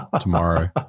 tomorrow